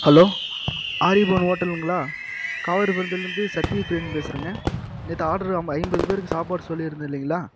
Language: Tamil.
ஹலோ ஆரியபவன் ஹோட்டலுங்களா காவேரி புரத்திலிருந்து சத்தியப்பிரியன் பேசுகிறேங்க நேற்று ஆட்ரு ஐம்பது பேருக்கு சாப்பாடு சொல்லி இருந்தேன் இல்லைங்ளா